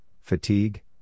fatigue